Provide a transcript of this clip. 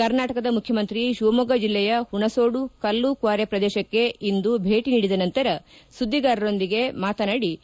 ಕರ್ನಾಟಕದ ಮುಖ್ಯಮಂತ್ರಿ ಶಿವಮೊಗ್ಗ ಜಿಲ್ಲೆಯ ಹುಣಸೋಡು ಕಲ್ಲು ಕ್ವಾರೆ ಪ್ರದೇಶಕ್ಕೆ ಇಂದು ಭೇಟಿ ನೀಡಿದ ನಂತರ ಸುದ್ದಿಗಾರರೊಂದಿಗೆ ಮಾತನಾಡಿದ ಮುಖ್ಯಮಂತ್ರಿ ಬಿ